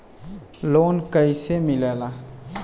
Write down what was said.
Loan कईसे मिलेला?